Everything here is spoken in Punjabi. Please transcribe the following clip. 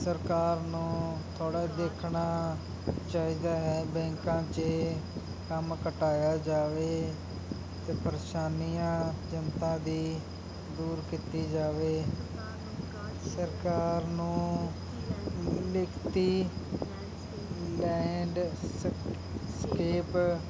ਸਰਕਾਰ ਨੂੰ ਥੋੜ੍ਹਾ ਦੇਖਣਾ ਚਾਹੀਦਾ ਹੈ ਬੈਂਕਾਂ 'ਚ ਕੰਮ ਘਟਾਇਆ ਜਾਵੇ ਅਤੇ ਪਰੇਸ਼ਾਨੀਆਂ ਚਿੰਤਾ ਦੀ ਦੂਰ ਕੀਤੀ ਜਾਵੇ ਸਰਕਾਰ ਨੂੰ ਲਿਖਤੀ ਲੈਂਡ ਸਕ ਸਕੇਪ